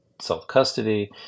self-custody